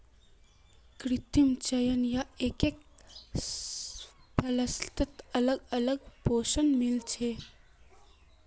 कृत्रिम चयन स एकके फसलत अलग अलग पोषण मिल छे